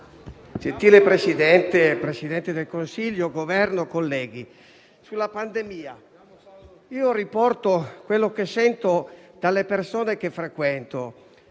Gentile Presidente, signor Presidente del Consiglio, colleghi, sulla pandemia riporto quello che sento dalle persone che frequento: